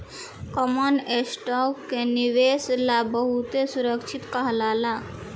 common stock के निवेश ला बहुते सुरक्षित कहाला